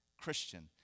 Christian